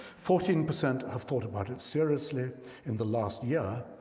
fourteen percent have thought about it seriously in the last year,